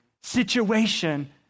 situation